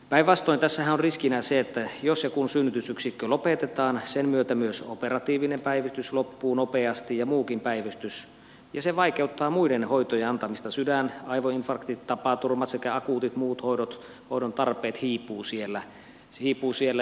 päinvastoin tässähän on riskinä se että jos ja kun synnytysyksikkö lopetetaan sen myötä myös operatiivinen päivystys ja muukin päivystys loppuu nopeasti ja se vaikeuttaa muiden hoitojen antamista sydän aivoinfarktit tapaturmat sekä akuutit muut hoidot hoidon tarpeet hiipuvat siellä